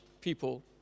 people